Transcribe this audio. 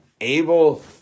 able